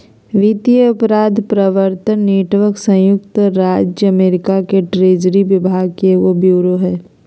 वित्तीय अपराध प्रवर्तन नेटवर्क संयुक्त राज्य अमेरिका के ट्रेजरी विभाग के एगो ब्यूरो हइ